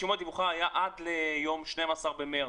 היה עד ליום 12 במרץ,